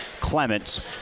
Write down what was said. Clements